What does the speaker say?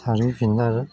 सारहैफिन्ना आरो